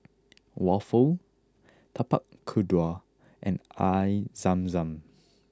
Waffle Tapak Kuda and Air Zam Zam